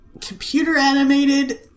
computer-animated